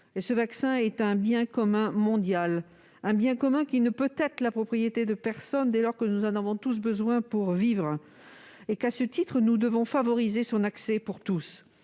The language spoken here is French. Ce vaccin est un bien commun mondial, un bien commun qui ne peut être la propriété de personne, dès lors que nous en avons tous besoin pour vivre. À ce titre, nous devons favoriser son accès pour tous.